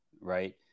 right